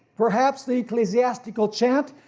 perhaps the ecclesiastical chant,